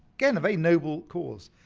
again, a very noble cause.